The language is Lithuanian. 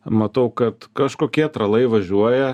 matau kad kažkokie tralai važiuoja